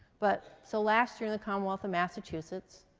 but. so last year in the commonwealth of massachusetts,